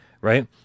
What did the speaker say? right